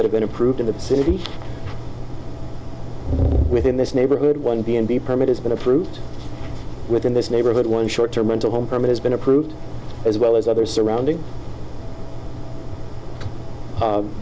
that have been approved in the city within this neighborhood one b and b permit has been approved within this neighborhood one short term until home permit has been approved as well as other surrounding